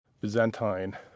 Byzantine